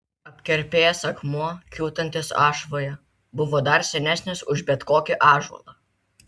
apkerpėjęs akmuo kiūtantis ašvoje buvo dar senesnis už bet kokį ąžuolą